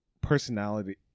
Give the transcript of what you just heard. personality